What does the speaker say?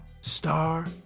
Star